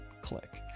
click